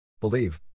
Believe